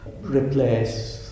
replace